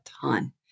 ton